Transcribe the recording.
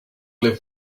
live